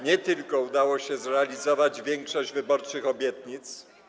Nie tylko udało się zrealizować większość wyborczych obietnic.